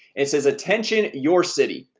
it says attention your city.